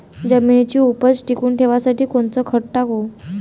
जमिनीची उपज टिकून ठेवासाठी कोनचं खत टाकू?